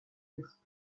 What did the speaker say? his